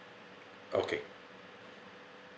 okay